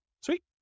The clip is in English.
Sweet